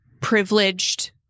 privileged